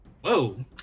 Whoa